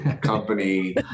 company